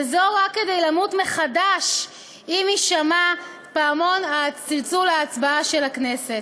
רק כדי למות מחדש עם הישמע צלצול פעמון ההצבעה של הכנסת,